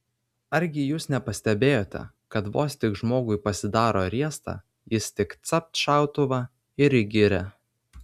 argi jūs nepastebėjote kad vos tik žmogui pasidaro riesta jis tik capt šautuvą ir į girią